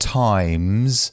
times